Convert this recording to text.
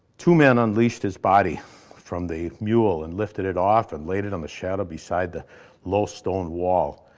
two men unleashed his body from the mule and lifted it off and laid it on the shadow beside the low stonewall.